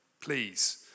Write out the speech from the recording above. Please